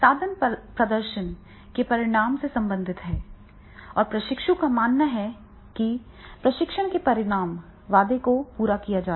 साधन प्रदर्शन के परिणाम से संबंधित है और प्रशिक्षु का मानना है कि प्रशिक्षण के परिणाम वादे को पूरा किया जाएगा